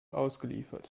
ausgeliefert